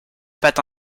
patte